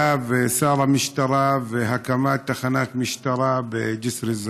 ושר המשטרה ולהקמת תחנת משטרה בג'יסר א-זרקא.